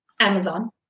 Amazon